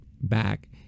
back